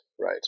right